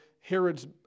Herod's